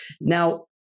Now